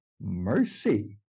mercy